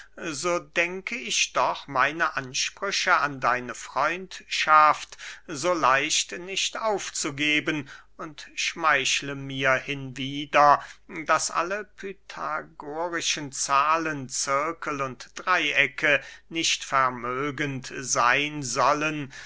so denke ich doch meine ansprüche an deine freundschaft so leicht nicht aufzugeben und schmeichle mir hinwieder daß alle pythagorische zahlen zirkel und dreyecke nicht vermögend seyn sollen